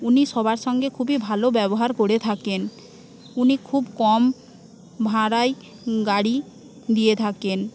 উনি সবার সঙ্গে খুবই ভালো ব্যবহার করে থাকেন উনি খুব কম ভাড়া গাড়ি দিয়ে থাকেন